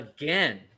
again